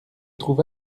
trouve